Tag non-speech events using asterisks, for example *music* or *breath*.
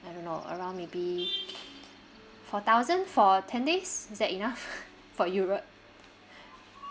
I don't know around maybe for thousand for ten days is that enough *laughs* for europe *breath*